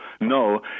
No